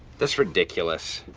that's ridiculous,